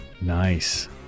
Nice